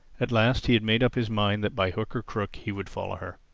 at last he had made up his mind that by hook or crook he would follow her.